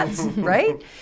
Right